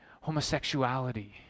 homosexuality